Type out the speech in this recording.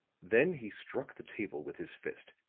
then he struck the table with his fist.